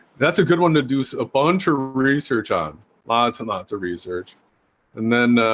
that's a good one to do so a bunch of research on lots and lots of research and then